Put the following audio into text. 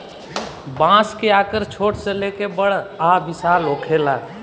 बांस के आकर छोट से लेके बड़ आ विशाल होखेला